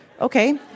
Okay